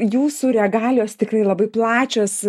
jūsų regalijos tikrai labai plačios